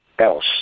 else